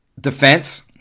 defense